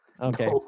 Okay